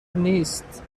نیست